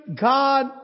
God